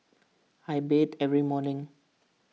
I beat every morning